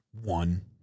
one